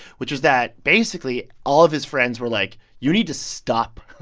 which is that basically, all of his friends were, like, you need to stop.